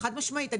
חד משמעית.